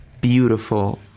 beautiful